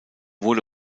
wurde